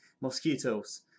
mosquitoes